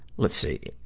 let's see.